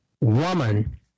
woman